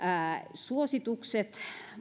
suositukset